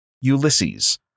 Ulysses